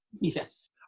Yes